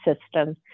system